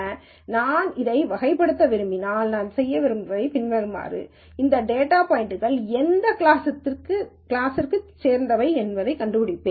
இப்போது நான் இதை வகைப்படுத்த விரும்பினால் நான் செய்வது பின்வருபவை இந்த டேட்டா பாய்ன்ட்கள் எந்த கிளாஸைச் சேர்ந்தவை என்பதைக் கண்டுபிடிப்பேன்